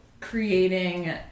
creating